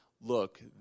Look